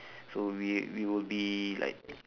so we we will be like